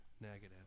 negative